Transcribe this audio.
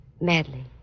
madly